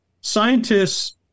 Scientists